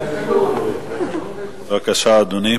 בבקשה, אדוני.